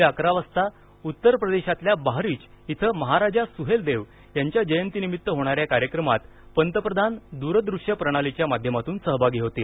उद्या अकरा वाजता उत्तर प्रदेशातील बाहरिच इथं महाराजा सुहेलदेव यांच्या जयंतीनिमित्त होणाऱ्या कार्यक्रमात पंतप्रधान दूर दृश्य प्रणालीच्या माध्यमातून सहभागी होतील